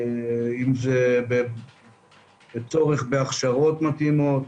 אם זה צורך בהכשרות מתאימות,